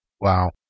Wow